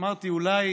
אמרתי, אולי